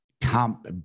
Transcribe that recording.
comp